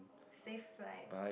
safe flight